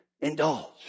indulge